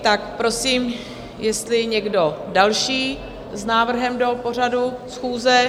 Tak prosím, jestli někdo další s návrhem do pořadu schůze?